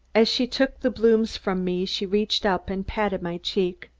as she took the blooms from me, she reached up and patted my cheek.